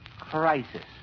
crisis